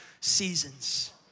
seasons